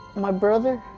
my brother.